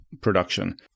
production